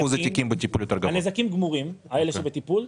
הנזקים גמורים, אלה שבטיפול.